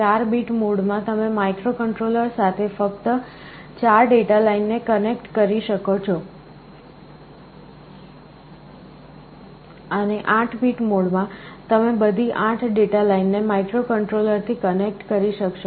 4 bit mode માં તમે માઇક્રોકન્ટ્રોલર સાથે ફક્ત 4 ડેટા લાઇન ને કનેક્ટ કરી શકો છો અને 8 બીટ મોડ માં તમે બધી 8 ડેટા લાઇન ને માઇક્રોકન્ટ્રોલરથી કનેક્ટ કરી શકશો